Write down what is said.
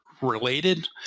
Related